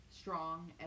strong